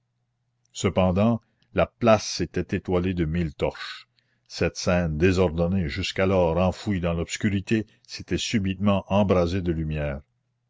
cependant la place s'était étoilée de mille torches cette scène désordonnée jusqu'alors enfouie dans l'obscurité s'était subitement embrasée de lumière